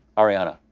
ariana,